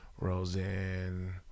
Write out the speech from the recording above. Roseanne